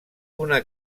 una